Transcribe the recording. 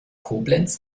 koblenz